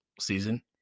season